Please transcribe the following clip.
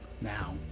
now